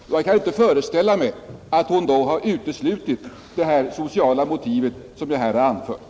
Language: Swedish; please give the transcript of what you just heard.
Jag kan inte föreställa mig att hon då uteslöt det sociala motiv som jag anfört.